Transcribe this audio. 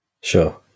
Sure